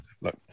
Look